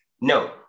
No